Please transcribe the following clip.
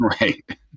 Right